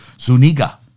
Zuniga